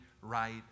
right